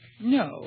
No